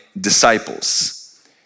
disciples